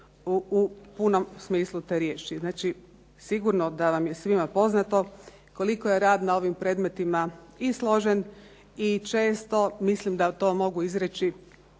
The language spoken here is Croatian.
u punom smislu te riječi. Znači sigurno da vam je svima poznato koliko je rad na ovim predmetima i složen i često mislim da to mogu izreći